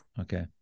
Okay